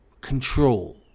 control